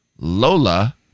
Lola